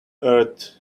earth